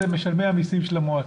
אלה הם משלמים המסים של המועצה.